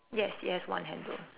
yes yes one handle